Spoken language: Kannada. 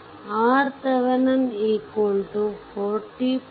RThevenin 40